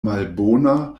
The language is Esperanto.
malbona